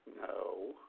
No